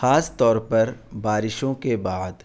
خاص طور پر بارشوں کے بعد